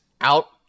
out